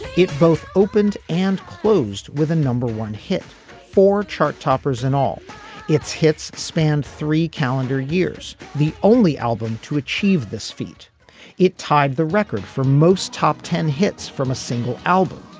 it both opened and closed with a number one hit for chart toppers in all its hits spanned three calendar years. the only album to achieve this feat it tied the record for most top ten hits from a single album